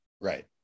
right